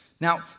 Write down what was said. Now